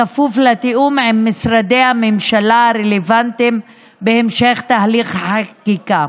בכפוף לתיאום עם משרדי הממשלה הרלוונטיים בהמשך תהליך החקיקה.